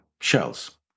shells